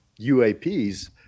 UAPs